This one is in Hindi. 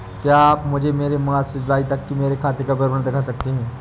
क्या आप मुझे मार्च से जूलाई तक की मेरे खाता का विवरण दिखा सकते हैं?